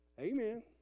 Amen